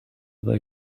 they